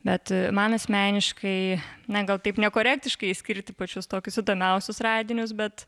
bet man asmeniškai na gal taip nekorektiška išskirti pačius tokius įdomiausius radinius bet